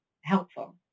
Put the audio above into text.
helpful